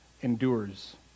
endures